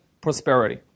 prosperity